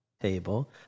table